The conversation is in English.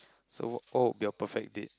so what what would be your perfect date